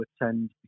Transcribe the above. attend